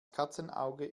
katzenauge